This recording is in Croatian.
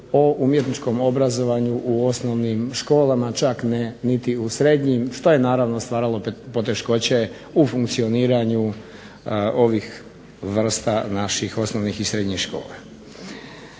o umjetničkom obrazovanju u osnovnim školama čak ne niti u srednjim, što je naravno stvaralo poteškoće u funkcioniranju ovih vrsta naših osnovnih i srednjih škola.